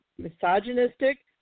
Misogynistic